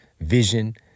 vision